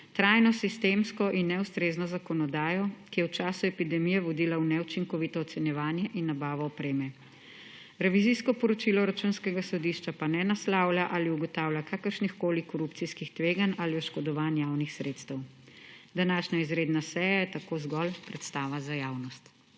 trajnosistemsko in neustrezno zakonodajo, ki je v času epidemije vodila v neučinkovito ocenjevanje in nabavo opreme. Revizijsko poročilo Računskega sodišča pa ne naslavlja ali ugotavlja kakršnihkoli korupcijskih tveganj ali oškodovanj javnih sredstev. Današnja izredna seja je tako zgolj predstava za javnost.